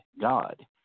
God